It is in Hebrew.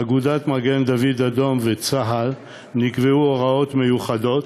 אגודת מגן-דוד-אדום וצה"ל נקבעו הוראות מיוחדות